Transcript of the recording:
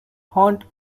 haunt